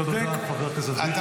תודה רבה, חבר הכנסת ביטון.